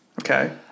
Okay